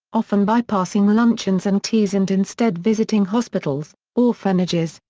often bypassing luncheons and teas and instead visiting hospitals, orphanages,